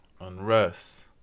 unrest